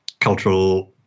cultural